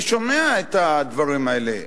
אני שומע את הדברים האלה,